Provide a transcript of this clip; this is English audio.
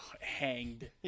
hanged